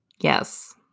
Yes